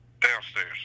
Downstairs